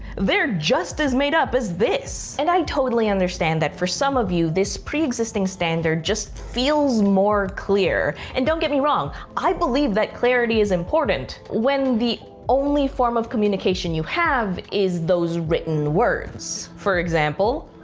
they're just as made up as this. and i totally understand that for some of you, this pre-existing standard just feels more clear, and don't get me wrong, i believe that clarity is important, when the only form of communication you have is those written words. for example,